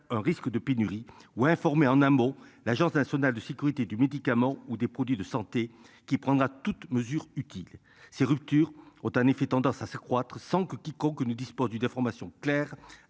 un risque de pénurie ou informés en un mot, l'Agence nationale de sécurité du médicament, ou des produits de santé qui prendra toutes mesures utiles ces ruptures ont en effet tendance à s'accroître, sans que quiconque ne dispose d'une information claire